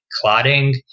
clotting